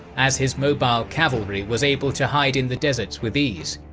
as his mobile cavalry was able to hide in the deserts with ease.